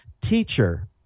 Teacher